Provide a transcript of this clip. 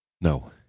No